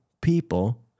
people